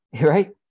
right